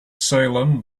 salem